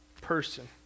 person